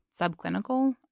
subclinical